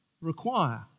require